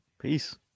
Peace